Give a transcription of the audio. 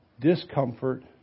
discomfort